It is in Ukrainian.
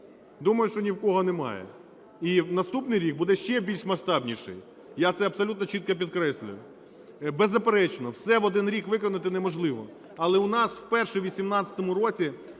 Думаю, що ні в кого немає. І наступний рік буде ще більш масштабніший, я це абсолютно чітко підкреслюю. Беззаперечно, все в один рік виконати неможливо, але у нас вперше у 18-му році